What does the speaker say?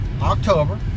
October